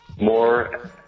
more